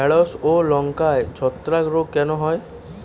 ঢ্যেড়স ও লঙ্কায় ছত্রাক রোগ কেন হয়?